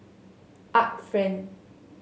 Art Friend